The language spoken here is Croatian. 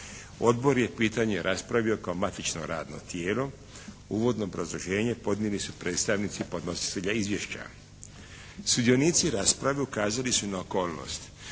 Odbor je pitanje raspravio kao matično radno tijelo. Uvodno obrazloženje podnijeli su predstavnici podnositelja izvješća. Sudionici rasprave ukazali su na okolnost